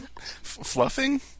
Fluffing